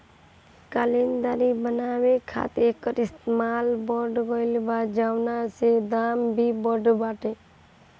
कालीन, दर्री बनावे खातिर एकर इस्तेमाल बढ़ गइल बा, जवना से दाम भी बढ़ल बाटे